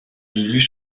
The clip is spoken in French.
lulu